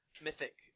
mythic